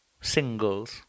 singles